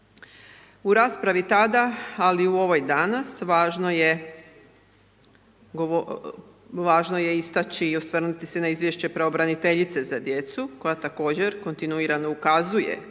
U raspravi tada, ali i u ovoj danas, važno je istaći i osvrnuti se na izvješće pravobraniteljice za djecu koja također kontinuirano ukazuje na